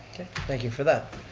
thank you for that.